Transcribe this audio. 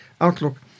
outlook